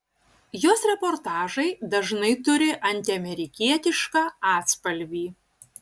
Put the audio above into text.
jos reportažai dažnai turi antiamerikietišką atspalvį